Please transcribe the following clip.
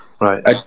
Right